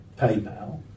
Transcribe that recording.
PayPal